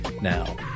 Now